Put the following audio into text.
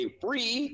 free